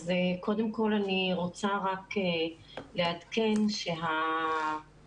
אז קודם כל אני רוצה רק לעדכן שהשותפים,